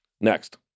Next